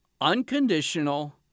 unconditional